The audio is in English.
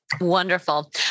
Wonderful